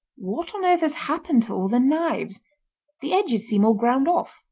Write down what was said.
what on earth has happened to all the knives the edges seem all ground off